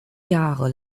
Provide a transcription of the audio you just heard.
jahre